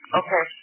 okay